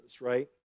right